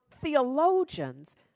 theologians